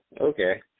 Okay